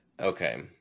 Okay